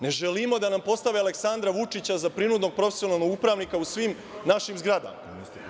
Ne želimo da nam postave Aleksandra Vučića za prinudnog profesionalnog upravnika u svim našim zgradama.